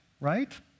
right